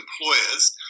employers